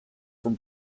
from